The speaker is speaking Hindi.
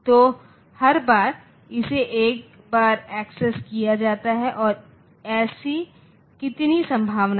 तो हर बार इसे एक बार एक्सेस किया जाता है और ऐसी कितनी संभावनाएँ हैं